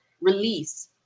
release